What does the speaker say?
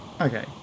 Okay